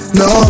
no